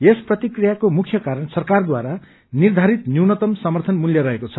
यस प्रतिक्रियाको मुख्य कारण सरकारद्वारा निर्धारित न्यूनतम समर्थन मूल्य रहेको छ